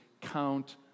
count